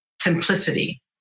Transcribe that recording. simplicity